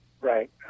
Right